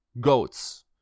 goats